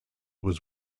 was